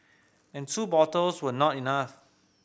and two bottles were not enough